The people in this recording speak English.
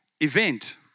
event